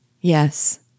Yes